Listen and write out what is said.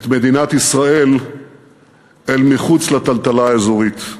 את מדינת ישראל אל מחוץ לטלטלה האזורית.